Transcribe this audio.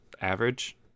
average